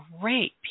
great